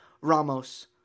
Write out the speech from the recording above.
Ramos